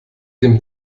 dem